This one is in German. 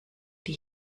die